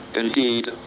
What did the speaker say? indeed,